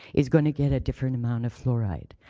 is going to get a different amount of fluoride.